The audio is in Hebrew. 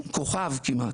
כוכב כמעט,